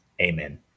amen